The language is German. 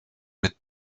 mit